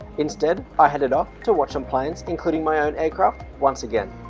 instead i headed off to watch some planes including my own aircraft once again